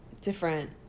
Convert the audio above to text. different